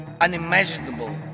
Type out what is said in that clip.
unimaginable